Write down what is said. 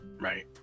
right